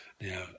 Now